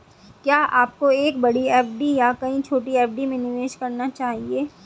क्या आपको एक बड़ी एफ.डी या कई छोटी एफ.डी में निवेश करना चाहिए?